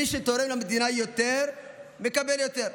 מי שתורם למדינה יותר, מקבל יותר.